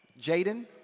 Jaden